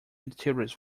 activities